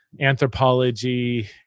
anthropology